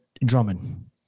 Drummond